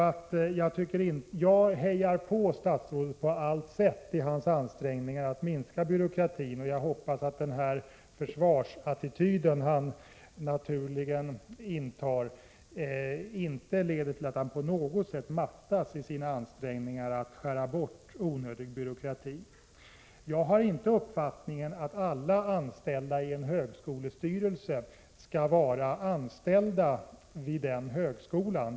Jag hejar därför på statsrådet på alla sätt i hans ansträngningar att minska byråkratin, och jag hoppas att den försvarsattityd han naturligen intar inte leder till att han på något sätt mattas i sina ansträngningar att skära bort onödig byråkrati. Jag har inte uppfattningen att alla anställda i en högskolestyrelse skall vara anställda vid ifrågavarande högskola.